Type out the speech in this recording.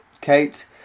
Kate